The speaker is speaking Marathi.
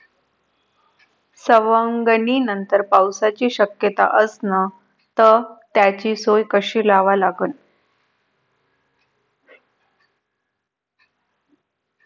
सवंगनीनंतर पावसाची शक्यता असन त त्याची सोय कशी लावा लागन?